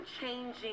changing